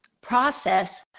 process